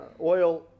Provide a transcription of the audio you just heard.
oil